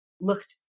looked